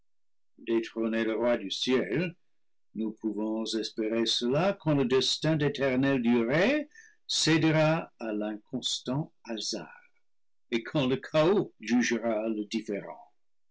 le roi du ciel nous pouvons espérer cela quand le destin d'éternelle durée cédera à l'inconstant hasard et quand le chaos jugera le différend